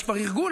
יש כבר ארגון,